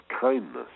kindness